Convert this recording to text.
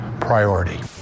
priority